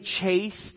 chased